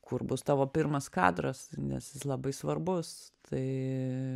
kur bus tavo pirmas kadras nes jis labai svarbus tai